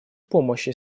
помощи